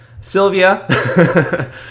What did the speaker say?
Sylvia